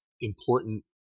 important